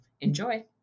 Enjoy